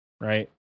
Right